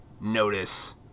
notice